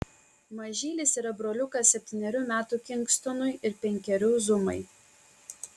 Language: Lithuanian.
mažylis yra broliukas septynerių metų kingstonui ir penkerių zumai